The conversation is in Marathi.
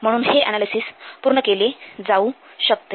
म्हणून हे अनालिसिस पूर्ण केली जाऊ शकते